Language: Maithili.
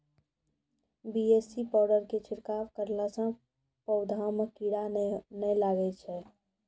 बी.ए.सी पाउडर के छिड़काव करला से पौधा मे कीड़ा नैय लागै छै?